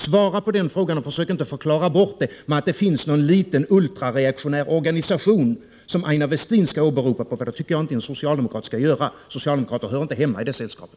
Svara på den frågan och försök inte att förklara bort den med att det finns en liten ultrareaktionär organisation att åberopa. Det tycker jag inte Aina Westin skall göra. Socialdemokrater hör inte hemma i det sällskapet.